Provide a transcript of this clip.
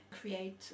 create